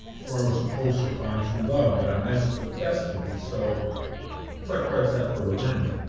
it's where i was supposed to find true love but i messed with destiny. so it's like fred's out for revenge.